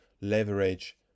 leverage